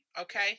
Okay